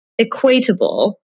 equatable